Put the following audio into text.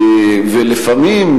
לפעמים,